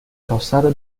calçada